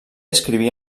escriví